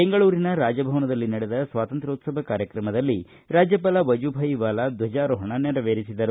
ಬೆಂಗಳೂರಿನ ರಾಜಭವನದಲ್ಲಿ ನಡೆದ ಸ್ವಾತಂತ್ರೋತ್ಸವದ ಕಾರ್ಯಕ್ರಮದಲ್ಲಿ ರಾಜ್ಯಪಾಲ ವಜೂಬಾಯಿ ವಾಲಾ ರಾಷ್ಟದ್ವಜಾರೋಹಣ ನೆರವೇರಿಸಿದರು